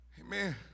amen